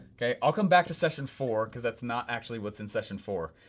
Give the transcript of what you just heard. kay, i'll come back to session four, cause that's not actually what's in session four,